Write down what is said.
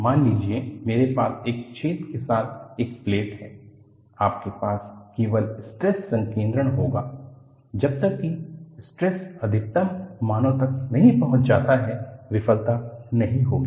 मान लीजिए मेरे पास एक छेद के साथ एक प्लेट है आपके पास केवल स्ट्रेस संकेन्द्रण होगा जब तक कि स्ट्रेस अधिकतम मानों तक नहीं पहुंच जाता है विफलता नहीं होगी